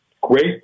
great